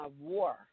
war